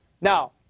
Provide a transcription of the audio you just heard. Now